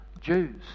Jews